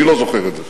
אני לא זוכר את זה,